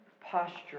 Posture